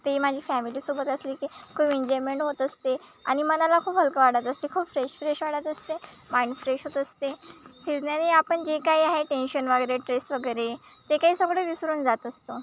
ते माझी फॅमिलीसोबत असली की खूप एन्जॉयमेंट होत असते आणि मनाला खूप हलकं वाटत असते खूप फ्रेश फ्रेश वाटत असते माइंड फ्रेश होत असते फिरण्याने आपण जे काही आहे टेन्शन वगैरे ट्रेस वगैरे ते काय सगळं विसरून जात असतं